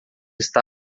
está